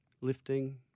Lifting